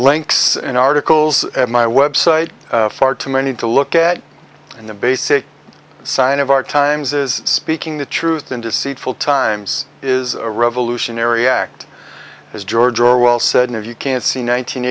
links in articles at my website far too many to look at and the basic sign of our times is speaking the truth in deceitful times is a revolutionary act as george orwell said if you can't see nine